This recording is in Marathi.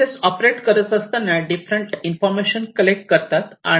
हे डिव्हाईसेस ऑपरेट करत असताना डिफरंट इन्फॉर्मेशन कलेक्ट करतात